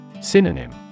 Synonym